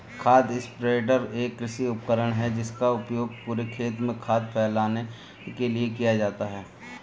खाद स्प्रेडर एक कृषि उपकरण है जिसका उपयोग पूरे खेत में खाद फैलाने के लिए किया जाता है